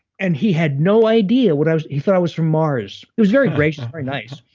and he had no idea what i was, he thought i was from mars. he was very gracious and very nice.